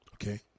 Okay